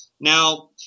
Now